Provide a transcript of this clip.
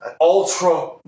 ultra